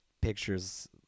pictures